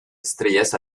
estrellas